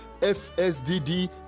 fsdd